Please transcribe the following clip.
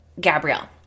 Gabrielle